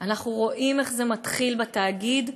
אנחנו רואים איך זה מתחיל בתאגיד,